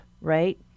right